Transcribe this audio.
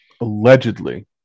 Allegedly